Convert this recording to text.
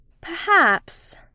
Perhaps